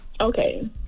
Okay